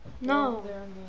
No